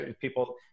people